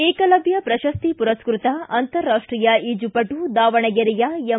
ಏಕಲವ್ದ ಪ್ರಶಸ್ತಿ ಪುರಸ್ಟ್ರತ ಅಂತರರಾಷ್ಷೀಯ ಈಜುಪಟು ದಾವಣಗೆರೆಯ ಎಂ